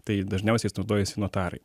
tai dažniausiai jais naudojasi notarai